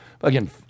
again